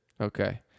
Okay